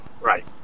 Right